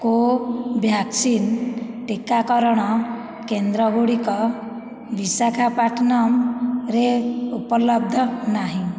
କୋଭ୍ୟାକ୍ସିନ୍ ଟିକାକରଣ କେନ୍ଦ୍ରଗୁଡ଼ିକ ବିଶାଖାପାଟନମ୍ରେ ଉପଲବ୍ଧ ନାହିଁ